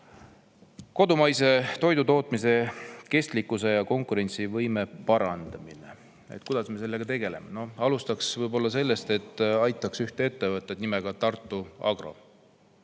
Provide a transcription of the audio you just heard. Kodumaise toidutootmise kestlikkuse ja konkurentsivõime parandamine – kuidas me sellega tegeleme? Alustaks sellest, et aitaks ettevõtet nimega Tartu Agro.